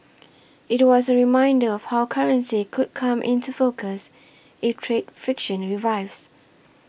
it was a reminder of how currency could come into focus if trade friction revives